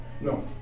No